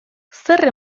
zer